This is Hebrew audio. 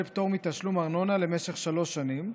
פטור מתשלום ארנונה למשך שלוש שנים,